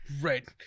Right